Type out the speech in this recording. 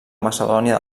macedònia